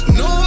no